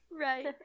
Right